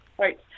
Right